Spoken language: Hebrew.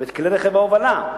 ואת כלי רכב ההובלה,